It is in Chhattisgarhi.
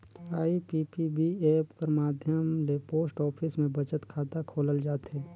आई.पी.पी.बी ऐप कर माध्यम ले पोस्ट ऑफिस में बचत खाता खोलल जाथे